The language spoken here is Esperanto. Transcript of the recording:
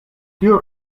tiu